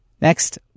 Next